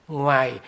ngoài